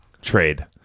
trade